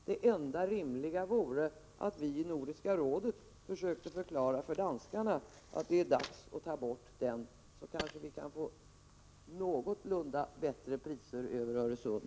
Det enda rimliga vore att vi i Nordiska rådet försökte förklara för danskarna att det är dags att ta bort denna avgift. Då kanske vi skulle få någorlunda priser över Öresund.